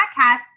podcast